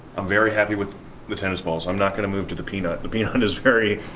i'm very happy with the tennis balls. i'm not gonna move to the peanut. the peanut is very